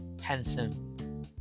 handsome